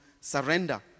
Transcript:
surrender